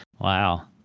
Wow